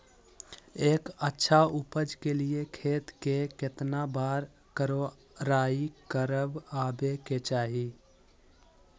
एक अच्छा उपज के लिए खेत के केतना बार कओराई करबआबे के चाहि?